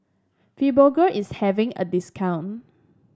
fibogel is having a discount